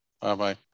Bye-bye